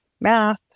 math